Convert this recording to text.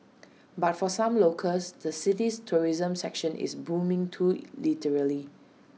but for some locals the city's tourism sector is booming too literally